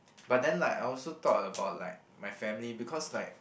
but then like I also thought about like my family because like